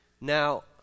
Now